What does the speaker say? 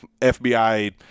FBI